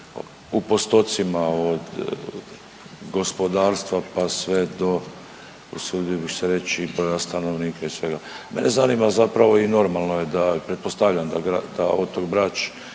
u postocima od gospodarstva, pa sve do usudio bih se reći stanovnika i svega. Mene zanima zapravo i normalno je da, pretpostavljam da otok Brač